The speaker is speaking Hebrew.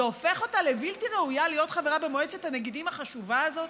זה הופך אותה לבלתי ראויה להיות חברה במועצת הנגידים החשובה הזאת,